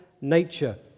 nature